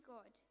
God